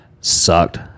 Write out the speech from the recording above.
sucked